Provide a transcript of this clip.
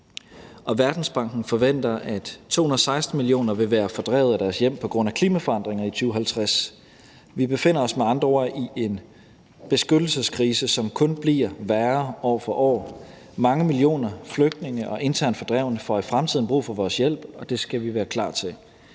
Verdensbanken forventer, at 216 millioner vil være fordrevet fra deres hjem på grund af klimaforandringer i 2050. Vi befinder os med andre ord i en beskyttelseskrise, som kun bliver værre år for år. Mange millioner flygtninge og internt fordrevne får i fremtiden brug for vores hjælp, og det skal vi være klar til.